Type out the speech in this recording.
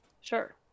Sure